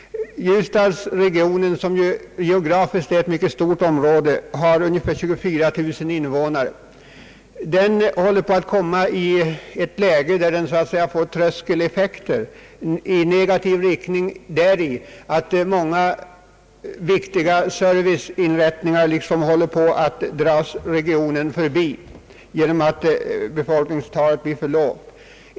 Ljusdalsregionen, som geografiskt är ett mycket stort område och som har ungefär 24000 invånare, håller nu på att råka i ett läge, där s.k. tröskeleffekter i negativ riktning kan uppstå. Många viktiga serviceinrättningar håller på att gå förlorade för regionen genom att befolkningstalet blir för lågt.